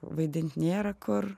vaidint nėra kur